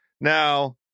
Now